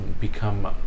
become